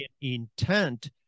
intent